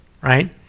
right